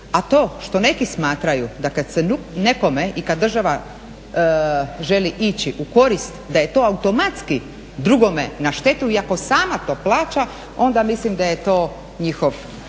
A to što neki smatraju da kad se nekom i kad država želi ići u korist, da je to automatski drugome na štetu, iako sama to plaća, onda mislim da je to njihov